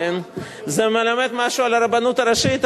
זה מלמד משהו על הרבנות הראשית,